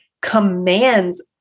commands